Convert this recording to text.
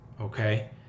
okay